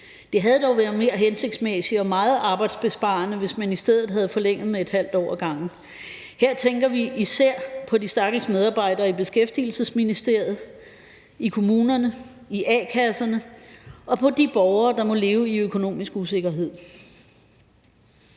det havde dog været mere hensigtsmæssigt og meget arbejdsbesparende, hvis man i stedet havde forlænget med et halvt år ad gangen. Her tænker vi især på de stakkels medarbejdere i Beskæftigelsesministeriet, i kommunerne og i a-kasserne og på de borgere, der må leve i økonomisk usikkerhed.